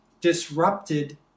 disrupted